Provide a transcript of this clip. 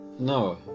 No